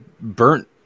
burnt